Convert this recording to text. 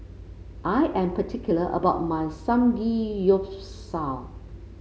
I am particular about my Samgeyopsal